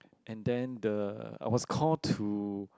and then the I was call to